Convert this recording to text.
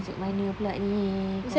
zack mana pula ni